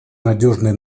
надежной